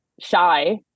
shy